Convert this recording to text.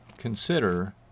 consider